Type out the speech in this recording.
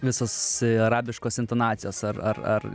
visos arabiškos intonacijos ar ar ar